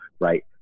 right